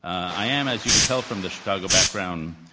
i am, as you can tell from the chicago background,